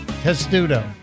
Testudo